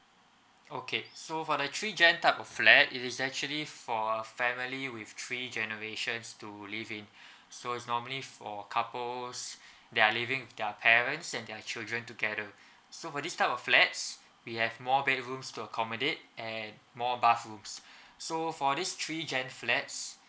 okay so for the three gen type of flat it is actually for a family with three generations to live in so is normally for couples that are living with their parents and their children together so for this type of flats we have more bedrooms to accommodate and more bathrooms so for this three gen flats